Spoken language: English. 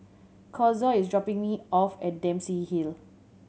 Kazuo is dropping me off at Dempsey Hill